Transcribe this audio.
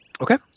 Okay